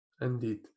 Indeed